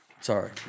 sorry